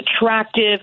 attractive